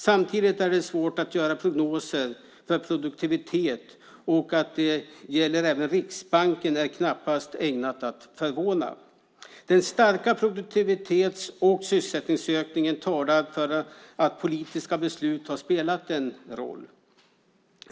Samtidigt är det svårt att göra prognoser för produktivitet; att detta gäller även Riksbanken är knappast ägnat att förvåna. Den starka produktivitets och sysselsättningsökningen talar för att politiska beslut har spelat en roll.